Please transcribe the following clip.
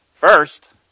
First